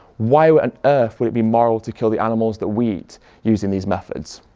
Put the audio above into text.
why on earth would it be moral to kill the animals that we eat using these methods?